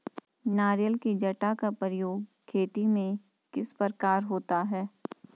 नारियल की जटा का प्रयोग खेती में किस प्रकार होता है?